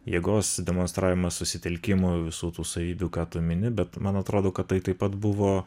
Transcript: jėgos demonstravimas susitelkimo visų tų savybių ką tu mini bet man atrodo kad tai taip pat buvo